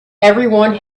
everyone